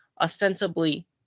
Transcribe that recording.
ostensibly